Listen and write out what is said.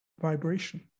vibration